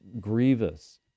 grievous